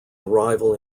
arrival